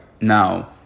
Now